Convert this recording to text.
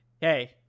hey